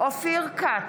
אופיר כץ,